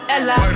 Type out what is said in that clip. Ella